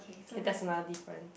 okay that's another difference